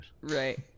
right